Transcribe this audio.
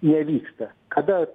nevyksta kada